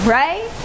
right